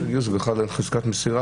בנושא גיוס בכלל אין חזקת מסירה,